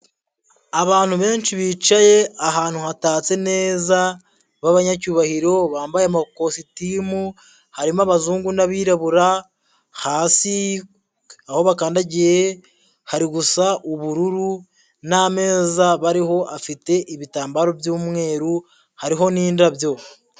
Abantu benshi bicaye ahantu hatatse neza b'abanyacyubahiro bambaye amakositimu, harimo abazungu n'abirabura, hasi aho bakandagiye hari gusa ubururu n'ameza bariho afite ibitambaro by'umweru hariho n'indabyo.